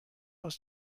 aus